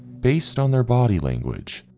based on their body language,